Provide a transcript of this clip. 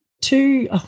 two